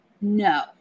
no